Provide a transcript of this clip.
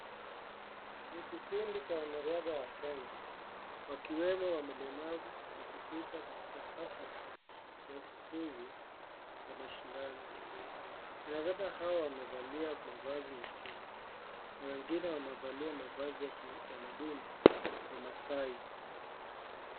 Ni kikundi cha wanariadha wa Kenya wakiwemo walemavu wakipita katika hafla ya ufunguzi ya mashindano, wanariadha hawa wamevalia mavazi mekundu na wengine wamevalia mavazi ya kitamadhuni wamaasai.